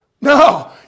No